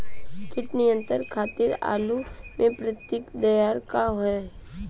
कीट नियंत्रण खातिर आलू में प्रयुक्त दियार का ह?